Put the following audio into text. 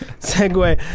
Segue